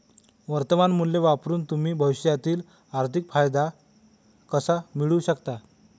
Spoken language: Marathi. वर्तमान मूल्य वापरून तुम्ही भविष्यातील आर्थिक फायदा कसा मिळवू शकता?